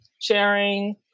sharing